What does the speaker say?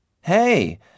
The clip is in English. Hey